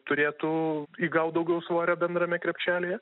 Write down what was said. turėtų įgaut daugiau svorio bendrame krepšelyje